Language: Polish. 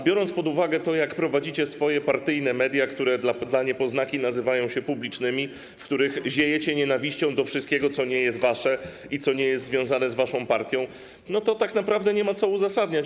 Biorąc pod uwagę to, jak prowadzicie swoje partyjne media, które dla niepoznaki nazywają się publicznymi, w których ziejecie nienawiścią do wszystkiego, co nie jest wasze i co nie jest związane z waszą partią, to tak naprawdę nie ma co uzasadniać.